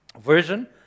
version